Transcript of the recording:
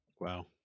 Wow